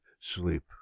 sleep